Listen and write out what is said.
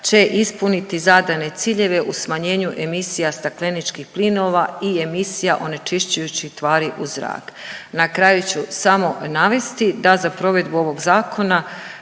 će ispuniti zadane ciljeve u smanjenju emisija stakleničkih plinova i emisija onečišćujućih tvari u zrak. Na kraju ću samo navesti da za provedbu ovog zakona